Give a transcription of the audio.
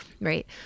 right